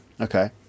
Okay